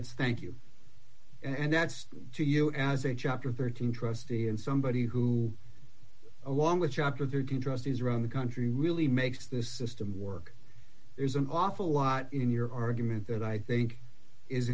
it's thank you and that's to you as a chapter thirteen trustee and somebody who along with chapter thirteen trustees around the country really makes this system work there's an awful lot in your argument that i think is